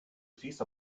stehst